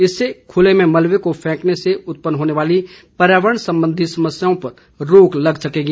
इससे खुले में मलबे को फैंकने से उत्पन्न होने वाली पर्यावरण संबंधी समस्याओं पर रोक लग सकेगी